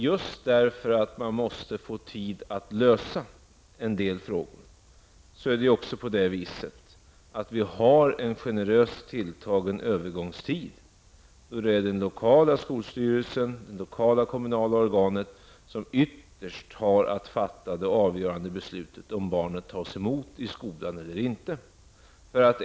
Just därför att man måste ha tid på sig att lösa en del frågor, har vi en generöst tilltagen övergångstid, då det är den lokala skolstyrelsen som ytterst har att fatta det avgörande beslutet om barnet skall tas emot i skolan eller inte.